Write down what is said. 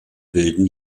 wilden